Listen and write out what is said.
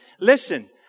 Listen